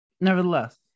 nevertheless